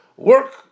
Work